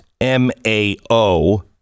M-A-O